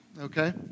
Okay